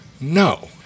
No